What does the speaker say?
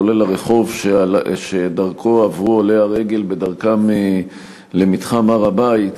כולל הרחוב שדרכו עברו עולי הרגל בדרכם למתחם הר-הבית,